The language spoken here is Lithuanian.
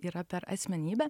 yra per asmenybė